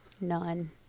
None